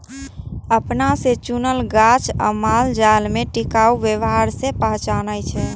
अपना से चुनल गाछ आ मालजाल में टिकाऊ व्यवहार से पहचानै छै